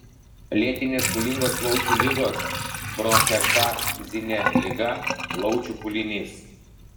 lėtinės pūlingos plaučių ligos bronchektazinė liga plaučių pūlinys